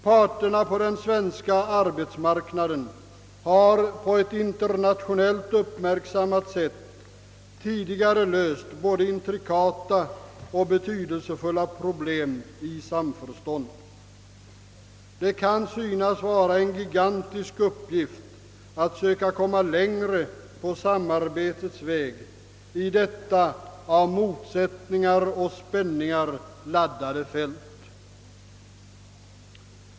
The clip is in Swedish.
Parterna på den svenska arbetsmarknaden har på ett internationellt uppmärksammat sätt tidigare löst både intrikata och betydelsefulla problem i samförstånd. Det kan synas vara en gigantisk uppgift att söka komma längre på samarbetets väg i detta av motsättningar och spänningar laddade fält.